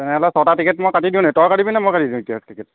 তেনেহ'লে ছটা টিকেট মই কাটি দিওঁ নি তই কাটিবি নে মই কাটি দিম এতিয়া টিকেট